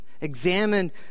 Examine